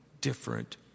different